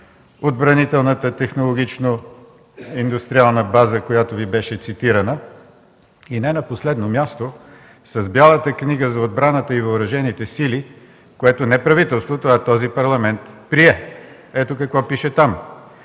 отбранителната технологично-индустриална база, която беше цитирана. Не на последно място е Бялата книга за отбраната и въоръжените сили, което не правителството, а този Парламент прие. Ето какво пише там: